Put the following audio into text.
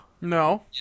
No